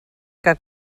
que